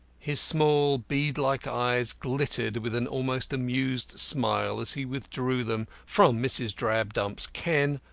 his small, bead-like eyes glittered with an almost amused smile as he withdrew them from mrs. drabdump's ken,